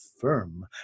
firm